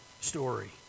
story